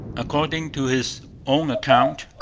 according to his own account,